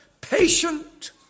Patient